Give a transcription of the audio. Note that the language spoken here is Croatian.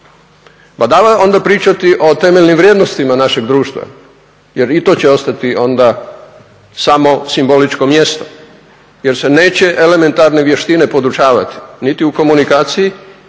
Badava onda pričati o temeljnim vrijednostima našeg društva jer i to će ostati onda smo simboličko mjesto jer se neće elementarne vještine podučavati niti u komunikaciji